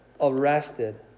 arrested